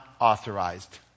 authorized